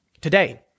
Today